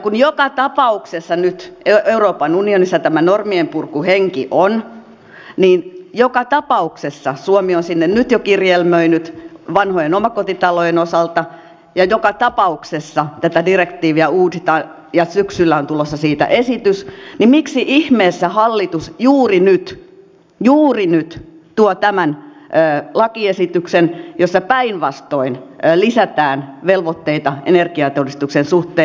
kun joka tapauksessa nyt euroopan unionissa tämä normienpurkuhenki on ja joka tapauksessa suomi on sinne nyt jo kirjelmöinyt vanhojen omakotitalojen osalta ja joka tapauksessa tätä direktiiviä uusitaan ja syksyllä on tulossa siitä esitys niin miksi ihmeessä hallitus juuri nyt juuri nyt tuo tämän lakiesityksen jossa päinvastoin lisätään velvoitteita energiatodistuksen suhteen